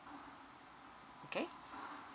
okay